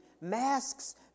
Masks